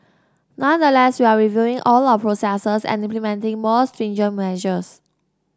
nonetheless we are reviewing all our processes and implementing more stringent measures